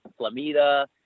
Flamita